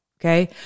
Okay